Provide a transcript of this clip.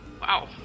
Wow